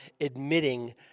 admitting